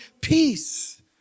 peace